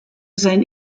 sein